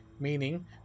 meaning